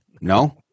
No